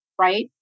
Right